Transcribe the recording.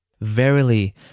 Verily